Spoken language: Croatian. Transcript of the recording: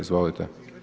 Izvolite.